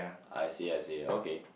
I see I see okay